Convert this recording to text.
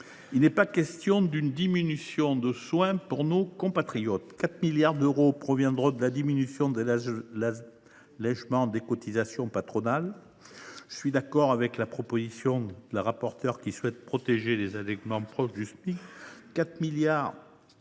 Il n’est pas question d’une diminution des soins pour nos compatriotes. Tout d’abord, 4 milliards d’euros d’économies proviendront de la diminution des allégements de cotisations patronales. Je suis d’accord avec la proposition de la rapporteure, qui souhaite protéger les allégements proches du Smic.